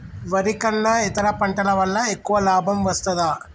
వరి కన్నా ఇతర పంటల వల్ల ఎక్కువ లాభం వస్తదా?